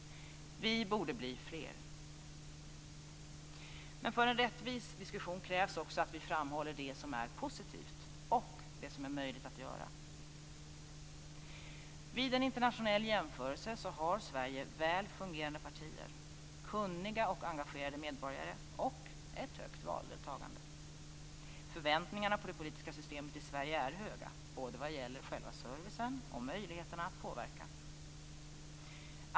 Vi borde bli fler. För en rättvis diskussion krävs också att vi framhåller det som är positivt och det som är möjligt att göra. Vid en internationell jämförelse har Sverige väl fungerande partier, kunniga och engagerade medborgare samt ett högt valdeltagandet. Förväntningarna på det politiska systemet i Sverige är höga, vad gäller både själva servicen och möjligheterna att påverka.